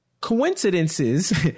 coincidences